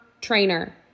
trainer